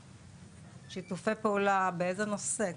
שיתופי פעולה באיזה נושא?